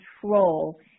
control